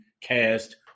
cast